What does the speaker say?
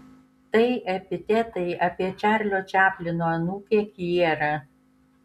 tai epitetai apie čarlio čaplino anūkę kierą